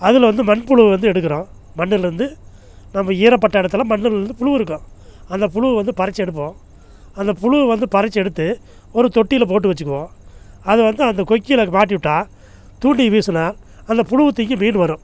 அதில் வந்து மண்புழு வந்து எடுக்கிறோம் மண்ணுலேருந்து நம்ம ஈரப்பட்ட இடத்துல மண்ணுலேருந்து புழு இருக்கும் அந்த புழு வந்து பறிச்சு எடுப்போம் அந்த புழு வந்து பறிச்சு எடுத்து ஒரு தொட்டியில் போட்டு வச்சுக்கிவோம் அது வந்து அந்த கொக்கியில் மாட்டிவிட்டா தூண்டில் வீசினா அந்த புழுவத்திங்க மீன் வரும்